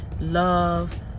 love